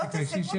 איפה שירתָ בצבא?